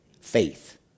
Faith